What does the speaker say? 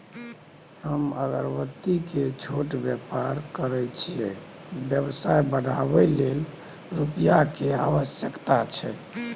हम अगरबत्ती के छोट व्यापार करै छियै व्यवसाय बढाबै लै रुपिया के आवश्यकता छै?